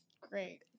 great